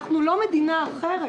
אנחנו לא מדינה אחרת.